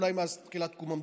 אולי מאז תחילת קום המדינה.